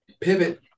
Pivot